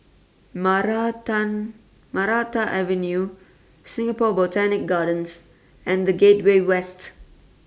Maranta Maranta Avenue Singapore Botanic Gardens and The Gateway West